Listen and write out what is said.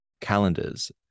calendars